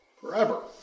forever